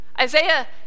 Isaiah